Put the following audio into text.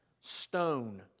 stone